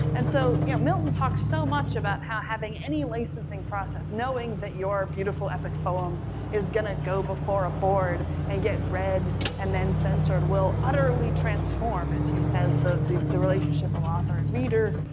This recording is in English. and so, you know, milton talks so much about how having any licensing process, knowing that you're beautiful epic poem is gonna go before a board and get read and then censored will utterly transform, as he says, the the relationship of author and reader,